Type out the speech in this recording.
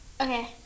Okay